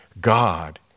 God